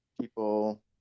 people